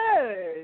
good